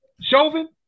Chauvin